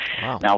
Now